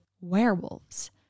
werewolves